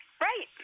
Right